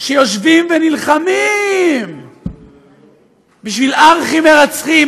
שיושבים ונלחמים בשביל ארכי-מרצחים,